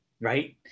Right